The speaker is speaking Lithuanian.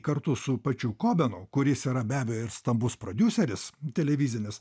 kartu su pačiu kobenu kuris yra be abejo ir stambus prodiuseris televizinis